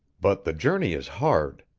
but the journey is hard.